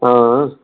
आं